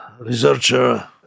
researcher